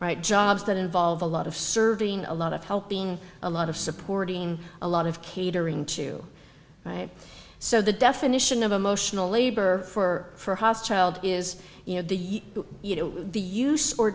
right jobs that involve a lot of serving a lot of helping a lot of supporting a lot of catering to so the definition of emotional labor for hoss child is you know the you know the use or